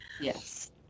Yes